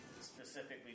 specifically